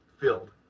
filled